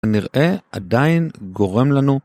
הנראה עדיין גורם לנו